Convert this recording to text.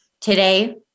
Today